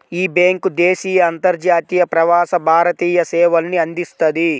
యీ బ్యేంకు దేశీయ, అంతర్జాతీయ, ప్రవాస భారతీయ సేవల్ని అందిస్తది